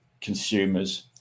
consumers